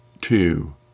two